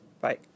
Bye